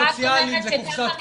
שר העבודה,